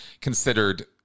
considered